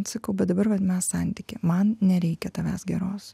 sakau bet dabar vat mes santykyje man nereikia tavęs geros